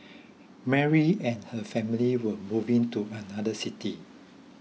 Mary and her family were moving to another city